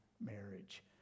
marriage